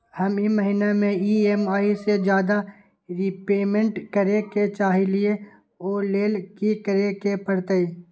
हम ई महिना में ई.एम.आई से ज्यादा रीपेमेंट करे के चाहईले ओ लेल की करे के परतई?